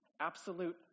absolute